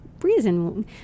reason